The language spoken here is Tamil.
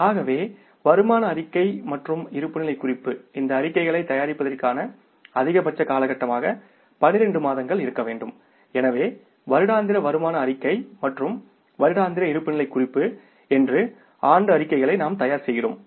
ஆகவேவருமான அறிக்கை மற்றும் இருப்புநிலை குறிப்பு இந்த அறிக்கைகளைத் தயாரிப்பதற்கான அதிகபட்ச காலகட்டமாக 12 மாதங்கள் இருக்க வேண்டும் எனவே வருடாந்திர வருமான அறிக்கை மற்றும் வருடாந்திர இருப்புநிலை குறிப்பு என்று ஆண்டு அறிக்கைகளை நாம் தயார் செய்கிறோம்